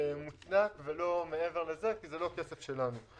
מוצדק ולא מעבר לזה כי זה לא כסף שלנו.